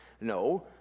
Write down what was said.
No